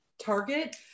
Target